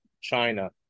China